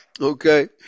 Okay